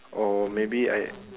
or maybe I